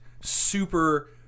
super